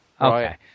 Okay